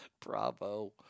Bravo